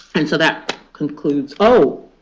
and so that concludes oh.